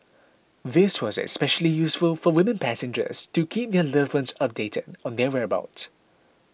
this was especially useful for women passengers to keep their loved ones updated on their whereabouts